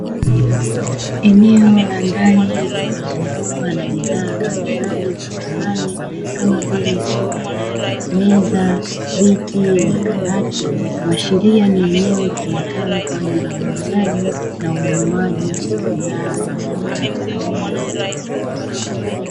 Eneo la ndani lililozungukwa na bidhaa mbalimbali za samani kama vile sofa, meza, viti na kabati kuashiria ni eneo litumikalo kwa ajili ya uuzaji na ununuaji wa bidhaa za samani.